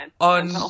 on